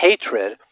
hatred